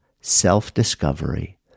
self-discovery